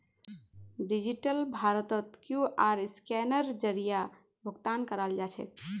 digital भारतत QR scanner जरीए भुकतान कराल जाछेक